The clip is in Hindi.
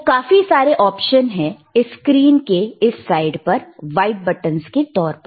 तो काफी सारे ऑप्शन है इस स्क्रीन के इस साइड पर वाइट बटंस के तौर पर